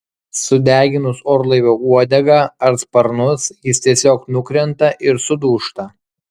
sudeginus orlaivio uodegą ar sparnus jis tiesiog nukrenta ir sudūžta